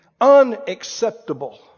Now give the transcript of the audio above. Unacceptable